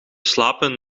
slapen